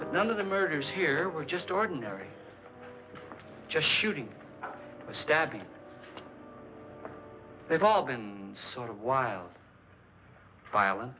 none of the murders here were just ordinary just shooting a stabbing they've all been sort of wild violen